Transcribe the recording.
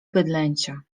bydlęcia